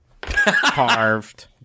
carved